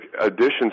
additions